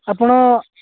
ଆପଣ